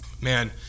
Man